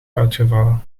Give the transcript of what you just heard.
uitgevallen